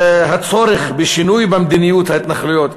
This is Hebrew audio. הצורך בשינוי במדיניות ההתנחלויות,